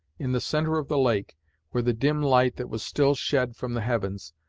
in the centre of the lake where the dim light that was still shed from the heavens,